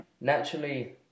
naturally